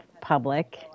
public